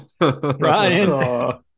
Ryan